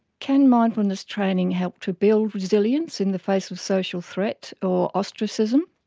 can mindfulness training help to build resilience in the face of social threat, or ostracism?